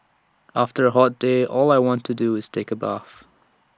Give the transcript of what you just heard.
after A hot day all I want to do is take A bath